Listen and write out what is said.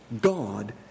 God